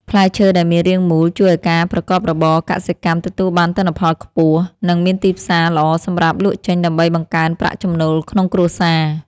ផ្លែឈើដែលមានរាងមូលជួយឱ្យការប្រកបរបរកសិកម្មទទួលបានទិន្នផលខ្ពស់ និង មានទីផ្សារល្អសម្រាប់លក់ចេញដើម្បីបង្កើនប្រាក់ចំណូលក្នុងគ្រួសារ។